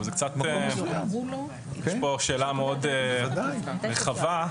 זו שאלה מאוד רחבה.